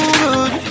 good